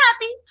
happy